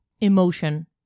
Emotion